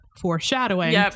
Foreshadowing